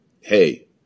hey